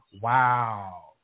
Wow